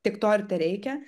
tik to ir tereikia